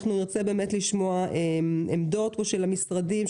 נרצה לשמוע עמדות של המשרדים,